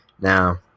Now